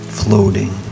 floating